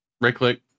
right-click